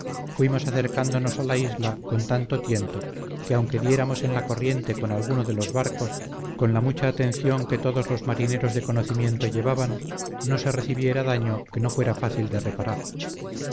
fuimos acercándonos a la isla con tanto tiento que aunque diéramos en la corriente con alguno de los barcos con la mucha atención que todos los marineros de conocimiento llevaban no se recibiera daño que no fuera fácil de reparar